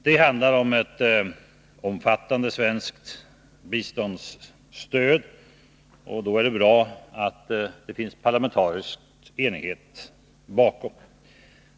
Det handlar om ett omfattande svenskt biståndsstöd, och då är det bra att det finns parlamentarisk enighet bakom.